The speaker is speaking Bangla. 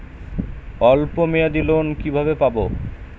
অল্প মেয়াদি লোন কিভাবে পাব?